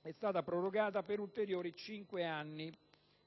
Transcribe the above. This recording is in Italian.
è stata prorogata per ulteriori cinque anni,